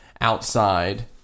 outside